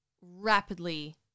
rapidly